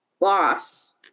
boss